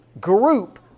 group